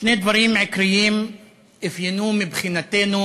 שני דברים עיקריים אפיינו מבחינתנו